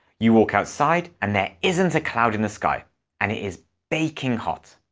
you walk outside and there isn't a cloud in the sky and it is baking hot.